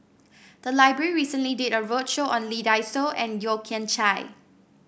the library recently did a roadshow on Lee Dai Soh and Yeo Kian Chai